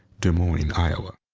des moines, iowa.